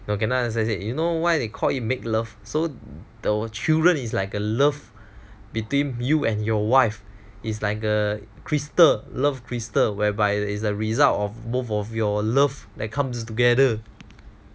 cannot like that say you know why they called it make love so the children is like a love between you and your wife is like a crystal love crystal whereby it is a result of both of your love that comes together